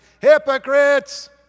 Hypocrites